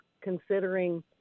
considering